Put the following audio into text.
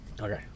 Okay